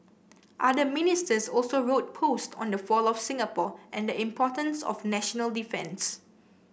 other Ministers also wrote posts on the fall of Singapore and the importance of national defence